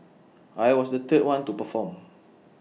I was the third one to perform